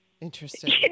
Interesting